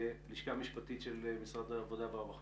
אצל זוגות להט"בים?